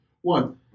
One